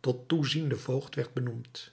tot toezienden voogd werd benoemd